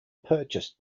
purchased